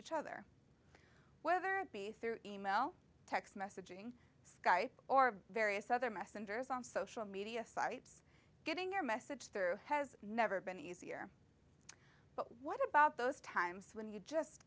each other whether through email text message skype or various other messengers on social media sites getting their message through has never been easier but what about those times when you just